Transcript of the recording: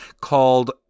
called